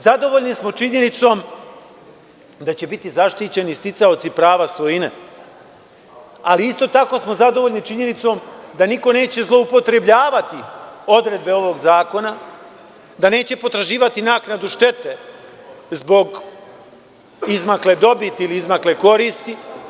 Zadovoljni smo činjenicom da će biti zaštićeni sticaoci prava svojine, ali isto tako smo zadovoljni činjenicom da niko neće zloupotrebljavati odredbe ovog zakona, da neće potraživati naknadu štete zbog izmakle dobiti ili izmakle koristi.